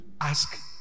Ask